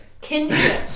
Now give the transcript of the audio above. Kinship